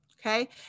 okay